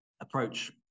approach